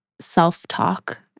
self-talk